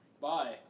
Bye